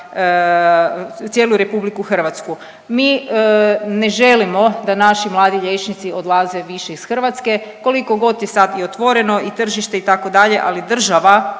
cijelu Republiku Hrvatsku. Mi ne želimo da naši mladi liječnici odlaze više iz Hrvatske koliko god je sad i otvoreno i tržište itd. Ali država,